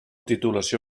titulació